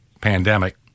pandemic